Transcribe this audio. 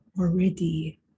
already